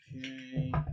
Okay